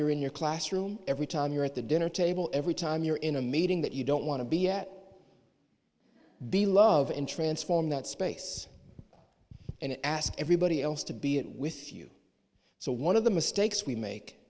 you're in your classroom every time you're at the dinner table every time you're in a meeting that you don't want to be yet be love in transform that space and ask everybody else to be it with you so one of the mistakes we make